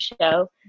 show